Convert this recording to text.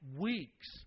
weeks